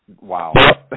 Wow